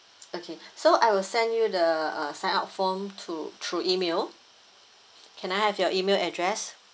okay so I will send you the uh sign up form to through email can I have your email address